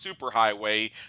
superhighway